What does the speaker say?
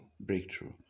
Breakthrough